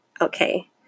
Okay